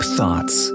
Thoughts